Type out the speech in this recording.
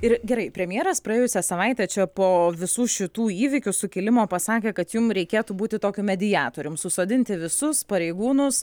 ir gerai premjeras praėjusią savaitę čia po visų šitų įvykių sukilimo pasakė kad jum reikėtų būti tokiu mediatorium susodinti visus pareigūnus